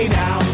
now